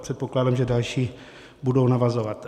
Předpokládám, že další budou navazovat.